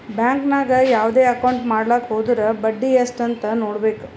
bank ನಾಗ್ ಯಾವ್ದೇ account ಮಾಡ್ಲಾಕ ಹೊದುರ್ ಬಡ್ಡಿ ಎಸ್ಟ್ ಅಂತ್ ನೊಡ್ಬೇಕ